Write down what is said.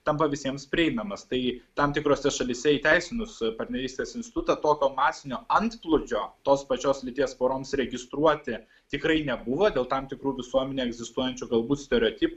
tampa visiems prieinamas tai tam tikrose šalyse įteisinus partnerystės institutą tokio masinio antplūdžio tos pačios lyties poroms registruoti tikrai nebuvo dėl tam tikrų visuomenėje egzistuojančių galbūt stereotipų